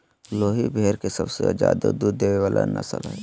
लोही भेड़ के सबसे ज्यादे दूध देय वला नस्ल हइ